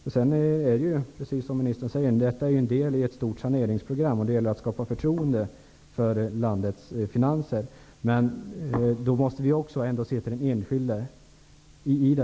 Precis som ministern säger är detta en del i ett stort saneringsprogram. Det gäller att ha förtroende för landets finanser. Men vi måste också se till den enskilde.